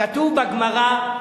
כתוב בגמרא: